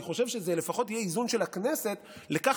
אני חושב שזה לפחות יהיה איזון של הכנסת לכך